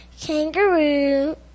Kangaroo